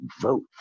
vote